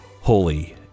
holy